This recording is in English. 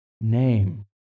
name